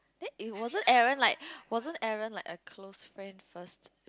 then it wasn't wasn't Aaron like a close friend first